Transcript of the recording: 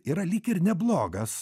yra lyg ir neblogas